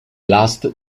last